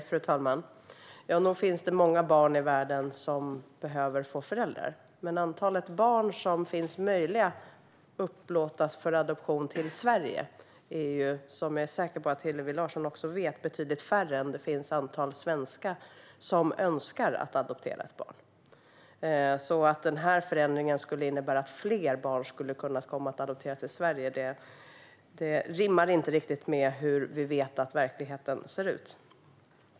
Fru talman! Nog finns det många barn i världen som behöver få föräldrar. Men antalet barn som finns möjliga att upplåtas för adoption till Sverige är, som jag är säker på att Hillevi Larsson också vet, betydligt mindre än antalet svenska par som önskar att adoptera ett barn. Att den förändringen skulle innebära att fler barn skulle kunna komma att adopteras till Sverige rimmar inte riktigt med hur vi vet att verkligheten ser ut.